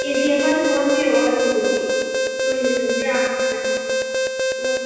ꯀꯦꯖꯤ ꯑꯃ ꯑꯗꯨꯝ ꯑꯣꯟꯕꯤꯔꯛꯑꯣ ꯑꯂꯨꯗꯨꯗꯤ ꯀꯨꯏꯅ ꯊꯝꯕ ꯌꯥꯕꯅꯤꯅ ꯎꯝ